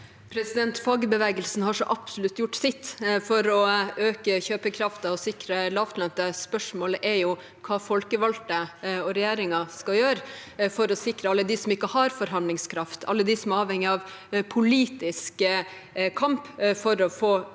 Fagbevegelsen har så absolutt gjort sitt for å øke kjøpekraften og sikre lavtlønte. Spørsmålet er jo hva folkevalgte og regjeringen skal gjøre for å sikre alle dem som ikke har forhandlingskraft, alle dem som er avhengig av politisk kamp for å få økt